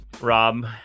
Rob